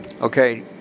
okay